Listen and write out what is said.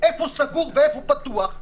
איפה סגור ואיפה פתוח,